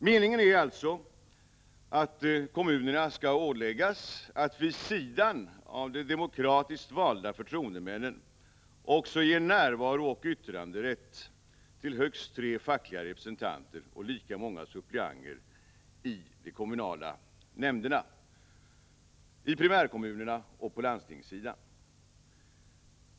Meningen är alltså att kommunerna skall åläggas att vid sidan av de demokratiskt valda förtroendemännen också ge närvarooch yttranderätt till högst tre fackliga representanter och lika många suppleanter i de kommunala nämnderna i primärkommunerna och på landstingssidan.